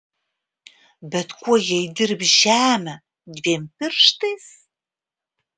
bet kuo jie įdirbs žemę dviem pirštais